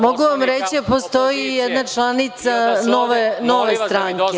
Mogu vam reći da postoji i jedna članica Nove Stranke.